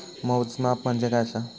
मोजमाप म्हणजे काय असा?